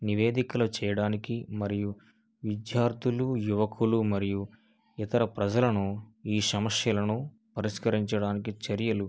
నివేదికలు చేయడానికి మరియు విద్యార్థులు యువకులు మరియు ఇతర ప్రజలను ఈ సమస్యలను పరిష్కరించడానికి చర్యలు